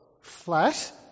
flat